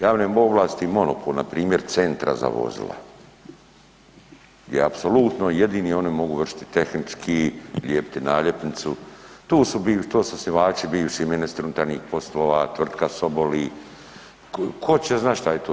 Javne ovlasti i monopol npr. centra za vozila jer apsolutno jedino oni mogu vršiti tehnički, lijepiti naljepnicu, tu su bili, to su osnivači bivši ministri unutarnjih poslova, tvrtka Soboli, tko će znati šta je to.